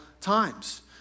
times